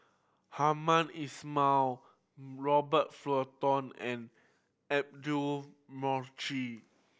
Hamed Ismail Robert Fullerton and Audra